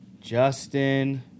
Justin